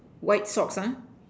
white socks ah